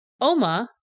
Oma